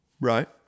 right